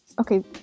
Okay